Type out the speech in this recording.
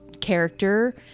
character